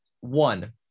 one